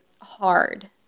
hard